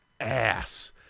ass